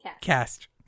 Cast